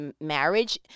marriage